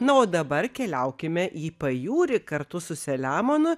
na o dabar keliaukime į pajūrį kartu su selemonu